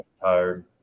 tired